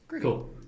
Cool